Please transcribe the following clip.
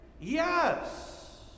Yes